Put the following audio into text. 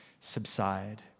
subside